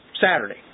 Saturday